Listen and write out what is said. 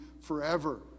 forever